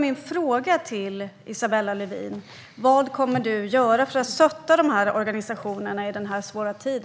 Min fråga till Isabella Lövin är: Vad kommer du att göra för att stötta organisationerna i denna svåra tid?